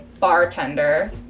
bartender